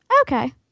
Okay